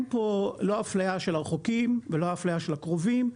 אין פה אפליה של הרחוקים ולא אפליה של הקרובים.